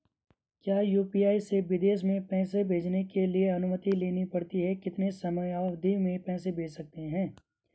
क्या यु.पी.आई से विदेश में पैसे भेजने के लिए अनुमति लेनी पड़ती है कितने समयावधि में पैसे भेज सकते हैं?